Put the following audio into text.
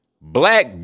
Black